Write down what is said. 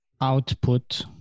output